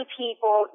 people